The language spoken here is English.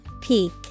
Peak